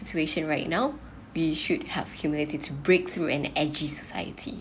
situation right now we should have humility to break through an edgy society